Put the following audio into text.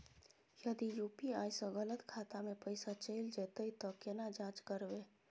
यदि यु.पी.आई स गलत खाता मे पैसा चैल जेतै त केना जाँच करबे?